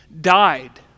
died